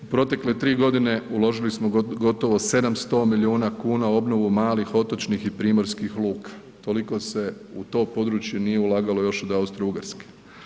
U protekle tri godine uložili smo gotovo 700 milijuna kuna u obnovu malih otočnih i primorskih luka, toliko se u to područje nije ulagalo još od Austro-Ugarske.